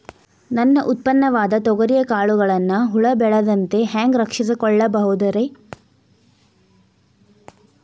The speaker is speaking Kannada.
ನನ್ನ ಉತ್ಪನ್ನವಾದ ತೊಗರಿಯ ಕಾಳುಗಳನ್ನ ಹುಳ ಬೇಳದಂತೆ ಹ್ಯಾಂಗ ರಕ್ಷಿಸಿಕೊಳ್ಳಬಹುದರೇ?